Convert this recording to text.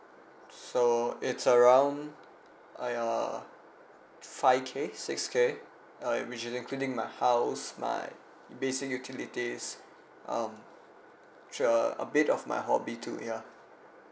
so it's around !aiya! five K six K uh which including my house my basic utilities um uh a bit of my hobby too ya